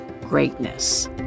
greatness